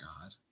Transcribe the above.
god